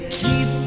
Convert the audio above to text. keep